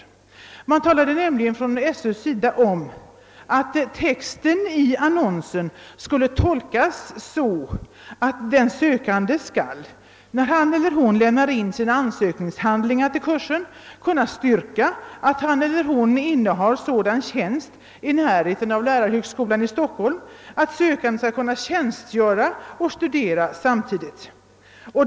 Skolöverstyrelsen talade nämligen om att texten i annonsen skulle tolkas så, att den sökande skall när han eller hon lämnar in sina ansökningshandlingar till kursen kunna styrka att han eller hon innehar sådan tjänst i närheten av lärarhögskolan i Stockholm att sökanden skall kunna tjänstgöra och studera samtidigt.